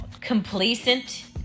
complacent